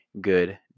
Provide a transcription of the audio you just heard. good